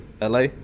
LA